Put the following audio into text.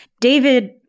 David